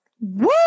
Woo